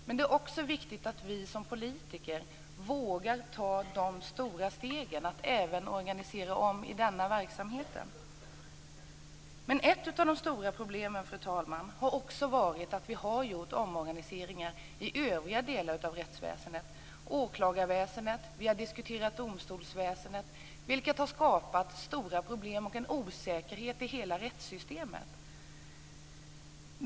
Men det är också viktigt att vi som politiker vågar ta de stora stegen för att organisera om i denna verksamhet. Ett annat av de stora problemen, fru talman, har varit att vi också har gjort omorganiseringar i övriga delar av rättsväsendet. Det gäller åklagarväsendet. Vi har diskuterat domstolsväsendet. Det har skapat stora problem och en osäkerhet i hela rättssystemet.